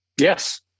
Yes